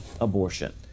abortion